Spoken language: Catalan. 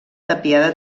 tapiada